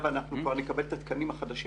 שנוכל לקלוט את התקנים החדשים